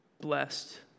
blessed